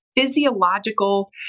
physiological